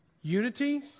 Unity